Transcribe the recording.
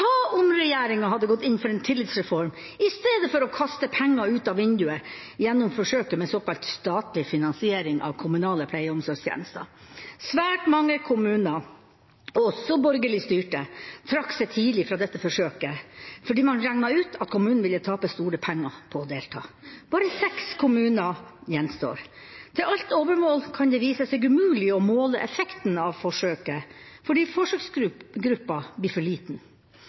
om regjeringen hadde gått inn for en tillitsreform, istedenfor å kaste pengene ut av vinduet gjennom forsøket med såkalt statlig finansiering av kommunale pleie- og omsorgstjenester? Svært mange kommuner, også borgerlig styrte, trakk seg tidlig fra dette forsøket, fordi man regnet ut at kommunen ville tape store penger på å delta. Bare seks kommuner gjenstår. Til alt overmål kan det vise seg umulig å måle effekten av forsøket, fordi forsøksgruppen blir for liten.